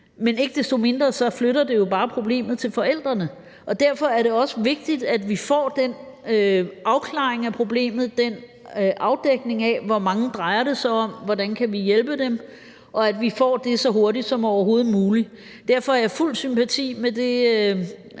men ikke desto mindre flytter det jo bare problemet til forældrene, og derfor er det også vigtigt, at vi får den afklaring af problemet, den afdækning af, hvor mange det drejer sig om, hvordan vi kan hjælpe dem, og at vi får det så hurtigt som overhovedet muligt. Derfor har jeg fuld sympati for det